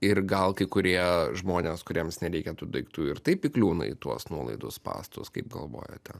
ir gal kai kurie žmonės kuriems nereikia tų daiktų ir taip įkliūna į tuos nuolaidų spąstus kaip galvojate